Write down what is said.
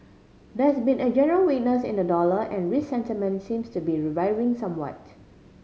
there's been a general weakness in the dollar and risk sentiment seems to be reviving somewhat